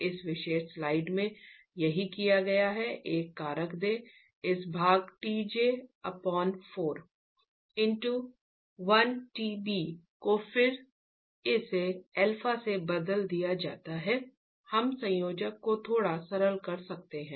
इस विशेष स्लाइड में यही किया गया है एक कारक दें इस भाग t j 41t b को फिर इस α से बदल दिया जाता है हम व्यंजक को थोड़ा सरल कर सकते हैं